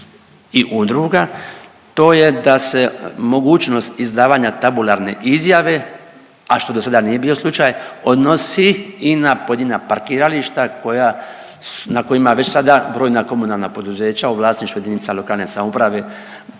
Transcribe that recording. i udruga, to je da se mogućnost izdavanja tabularne izjave, a što do sada nije bio slučaj, odnosi i na pojedina parkirališta koja, na kojima već sada brojna komunalna poduzeća u vlasništvu jedinica lokalne samouprave